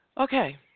Okay